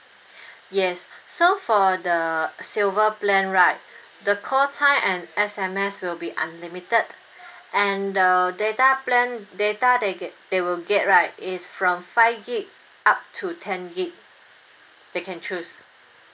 yes so for the silver plan right the call time and S_M_S will be unlimited and the data plan data they get they will get right is from five gig up to ten gig they can choose